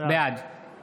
בעד